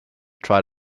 try